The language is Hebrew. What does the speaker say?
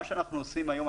מה שאנחנו עושים היום,